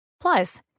Plus